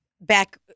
back